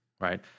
right